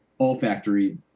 olfactory